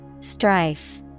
Strife